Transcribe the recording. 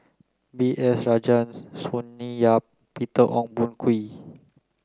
B S Rajhans Sonny Yap Peter Ong Boon Kwee